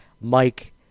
Mike